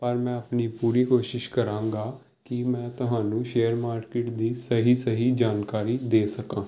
ਪਰ ਮੈਂ ਆਪਣੀ ਪੂਰੀ ਕੋਸ਼ਿਸ਼ ਕਰਾਂਗਾ ਕਿ ਮੈਂ ਤੁਹਾਨੂੰ ਸ਼ੇਅਰ ਮਾਰਕੀਟ ਦੀ ਸਹੀ ਸਹੀ ਜਾਣਕਾਰੀ ਦੇ ਸਕਾਂ